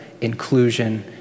inclusion